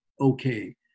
okay